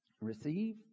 receive